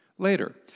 later